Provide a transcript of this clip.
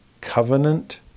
covenant